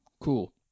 Cool